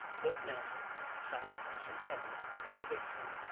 lord nelson sailed from st. helen's in the victory,